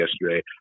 yesterday